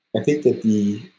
i think that the,